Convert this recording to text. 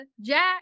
Jack